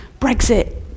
brexit